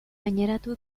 gaineratu